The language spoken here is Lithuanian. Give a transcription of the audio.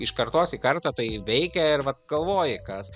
iš kartos į kartą tai veikia ir vat galvoji kas